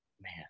man